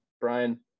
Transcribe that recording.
Brian